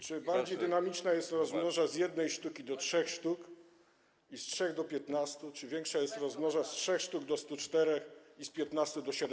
Czy bardziej dynamiczna jest rozmnoża z jednej sztuki do trzech sztuk i z trzech do 15, czy większa jest rozmnoża z trzech sztuk do 104 i z 15 do